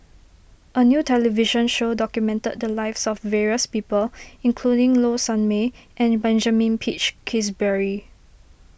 a new television show documented the lives of various people including Low Sanmay and Benjamin Peach Keasberry